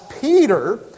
Peter